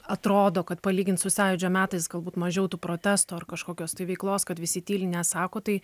atrodo kad palygint su sąjūdžio metais galbūt mažiau tų protestų ar kažkokios tai veiklos kad visi tyli nesako tai